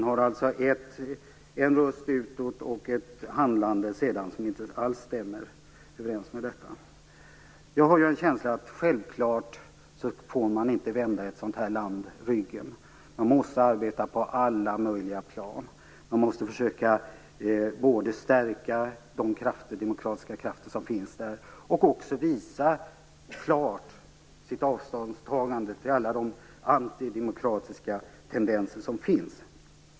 De har alltså en röst utåt och sedan ett handlande som inte alls stämmer överens med den. Min känsla är att man självfallet inte får vända ett sådant här land ryggen. Man måste arbeta på alla möjliga plan. Man måste försöka både stärka de demokratiska krafter som finns och klart visa sitt avståndstagande till alla antidemokratiska tendenser som finns.